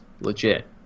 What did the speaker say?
legit